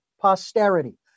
posterity